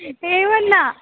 एवं न